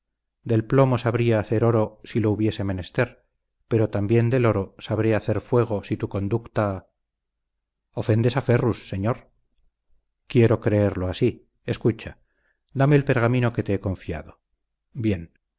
del plomo sabría hacer oro si lo hubiese menester pero también del oro sabré hacer fuego si tu conducta ofendes a ferrus señor quiero creerlo así escucha dame el pergamino que te he confiado bien